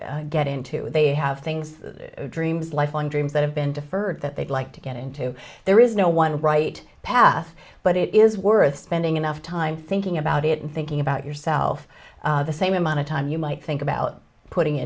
to get into they have things dreams lifelong dreams that have been deferred that they'd like to get into there is no one right path but it is worth spending enough time thinking about it and thinking about yourself the same amount of time you might think about putting i